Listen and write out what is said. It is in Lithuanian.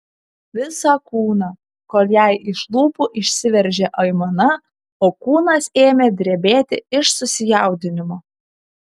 visą kūną kol jai iš lūpų išsiveržė aimana o kūnas ėmė drebėti iš susijaudinimo